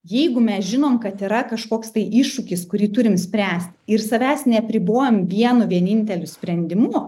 jeigu mes žinom kad yra kažkoks tai iššūkis kurį turim spręst ir savęs neapribojam vienu vieninteliu sprendimu